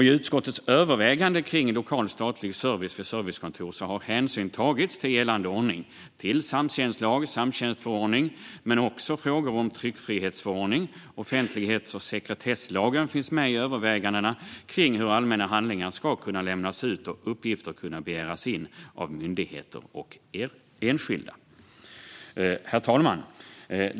I utskottets överväganden kring lokal statlig service vid servicekontor har hänsyn tagits till gällande ordning, till samtjänstlag och till samtjänstförordning. Men också frågor om tryckfrihetsförordningen och om offentlighets och sekretesslagen finns med i övervägandena kring hur allmänna handlingar ska kunna lämnas ut och uppgifter kunna begäras in av myndigheter och enskilda. Herr talman!